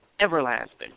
everlasting